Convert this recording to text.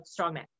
strongman